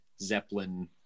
Zeppelin